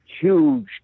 huge